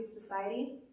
society